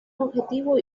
objetivo